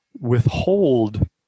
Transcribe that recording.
withhold